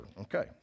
Okay